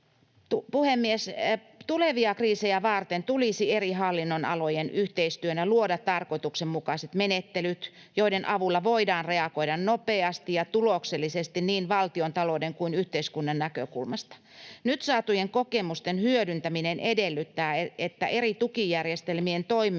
Puhemies! Tulevia kriisejä varten tulisi eri hallinnonalojen yhteistyönä luoda tarkoituksenmukaiset menettelyt, joiden avulla voidaan reagoida nopeasti ja tuloksellisesti niin valtiontalouden kuin yhteiskunnan näkökulmasta. Nyt saatujen kokemusten hyödyntäminen edellyttää, että eri tukijärjestelmien toimeenpanon